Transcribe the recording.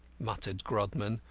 muttered grodman,